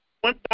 one